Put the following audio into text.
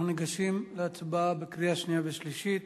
אנחנו ניגשים להצבעה בקריאה שנייה ושלישית